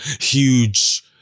huge